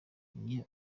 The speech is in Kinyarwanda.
iyo